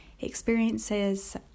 experiences